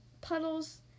puddles